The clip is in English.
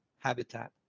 habitat